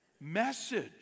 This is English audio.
message